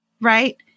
right